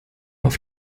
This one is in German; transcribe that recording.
auf